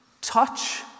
Touch